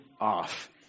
off